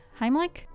heimlich